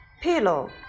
pillow